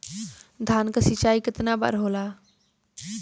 धान क सिंचाई कितना बार होला?